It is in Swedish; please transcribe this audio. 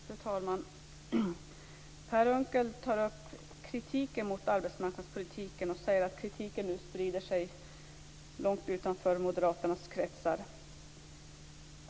Fru talman! Per Unckel tar upp kritiken mot arbetsmarknadspolitiken och säger att kritiken nu sprider sig långt utanför moderaternas kretsar.